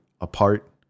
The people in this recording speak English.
apart